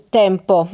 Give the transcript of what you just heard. tempo